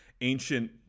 ancient